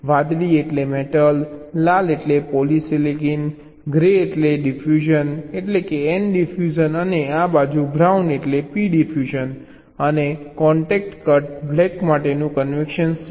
વાદળી એટલે મેટલ લાલ એટલે પોલિસિલિકન ગ્રે એટલે ડિફ્યુઝન એટલે કે n ડિફ્યુઝન અને આ બાજુ બ્રાઉન એટલે p ડિફ્યુઝન અને કોન્ટેક્ટ કટ બ્લેક માટેનું કન્વેનશન છે